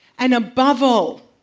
and above all,